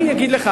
אני אגיד לך.